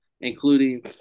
including